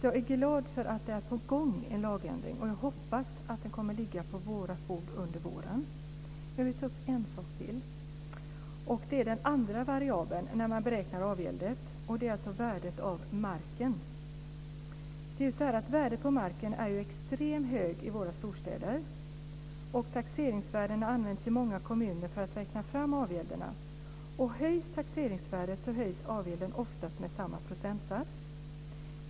Jag är glad att en lagändring är på gång, och jag hoppas att den kommer att ligga på vårt bord under våren. Jag vill ta upp en sak till, och det är den andra variabeln när man beräknar avgälden, dvs. värdet av marken. Värdet på marken är ju extremt högt i våra storstäder, och taxeringsvärdena används i många kommuner för att räkna fram avgälderna. Höjs taxeringsvärdet så höjs avgälden oftast med samma procentsats.